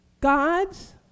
God's